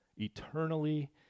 eternally